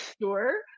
sure